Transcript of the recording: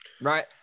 right